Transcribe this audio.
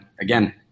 again